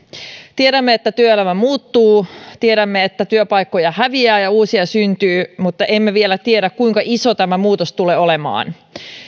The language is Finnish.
tiedämme että työelämä muuttuu tiedämme että työpaikkoja häviää ja uusia syntyy mutta emme vielä tiedä kuinka iso tämä muutos tulee olemaan